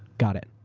got it.